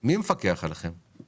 אגב, מי מפקח עליכם?